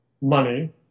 money